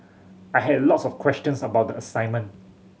I had a lots of questions about the assignment